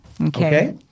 Okay